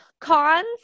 Cons